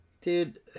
Dude